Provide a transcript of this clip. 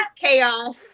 chaos